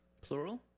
Plural